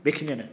बे खिनियानो